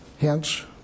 Hence